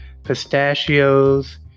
pistachios